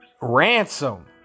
Ransom